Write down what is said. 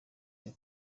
ari